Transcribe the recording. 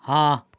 हाँ